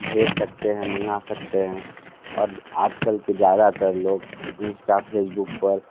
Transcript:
भेज सकते हैं मंगा सकते हैं अब आज कल के ज़्यादातर लोग इंस्टा फेसबुक पर